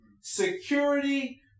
security